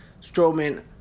Strowman